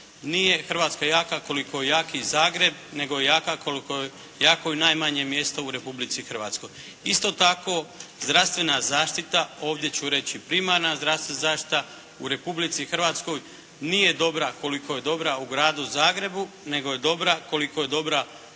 nije Hrvatska jaka koliko je jaki Zagreb, nego je jaka koliko je jako i najmanje mjesto u Republici Hrvatskoj. Isto tako, zdravstvena zaštita, ovdje ću reći primarna zdravstvena zaštita u Republici Hrvatskoj nije dobra koliko je dobra u gradu Zagrebu, nego je dobra koliko je dobra